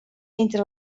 entre